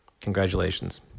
congratulations